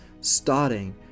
starting